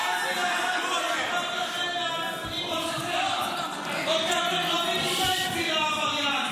--- או שאתם --- או שאתם רבים עם בן גביר העבריין.